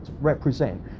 represent